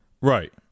Right